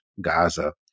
Gaza